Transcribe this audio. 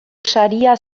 saria